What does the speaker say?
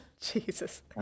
Jesus